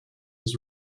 his